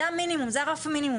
זה המינימום, זה רף המינימום.